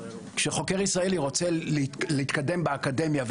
ישראלי רוצה להתקדם באקדמיה,